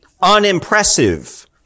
unimpressive